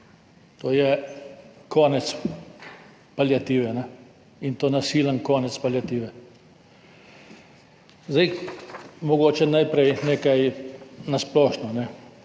to je konec paliative, in to nasilen konec paliative. Zdaj mogoče najprej nekaj na splošno.